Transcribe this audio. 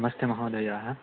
नमस्ते महोदयाः